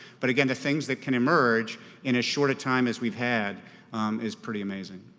but again the things that can emerge in as short a time as we've had is pretty amazing.